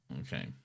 okay